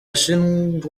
ashinjwa